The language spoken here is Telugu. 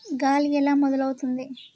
గాలి ఎలా మొదలవుతుంది?